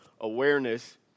awareness